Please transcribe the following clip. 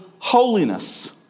Holiness